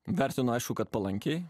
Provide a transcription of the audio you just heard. vertinu aišku kad palankiai